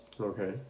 Okay